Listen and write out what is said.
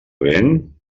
vent